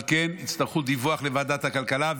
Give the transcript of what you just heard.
אבל כן יצטרכו דיווח לוועדת הכלכלה,